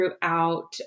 throughout